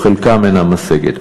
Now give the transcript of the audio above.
או חלקם אינה משגת.